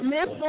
Miss